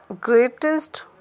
greatest